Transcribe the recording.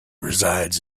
resides